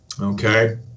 Okay